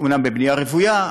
אומנם בבנייה רוויה,